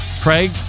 Craig